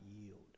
yield